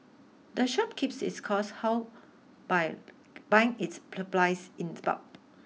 the shop keeps its costs how by buying its supplies in the bulb